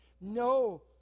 No